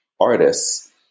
artists